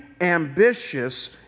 ambitious